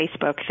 Facebook